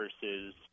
versus